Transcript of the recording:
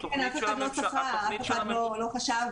אף אחד לא צפה.